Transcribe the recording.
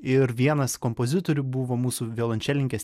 ir vienas kompozitorių buvo mūsų violončelininkės